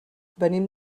venim